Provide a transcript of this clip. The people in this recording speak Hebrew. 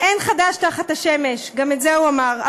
אין חדש תחת השמש, גם את זה הוא אמר.